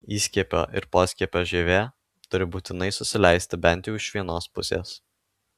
įskiepio ir poskiepio žievė turi būtinai susileisti bent jau iš vienos pusės